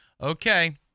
okay